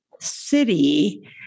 city